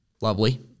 lovely